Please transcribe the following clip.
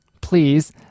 please